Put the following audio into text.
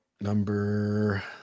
Number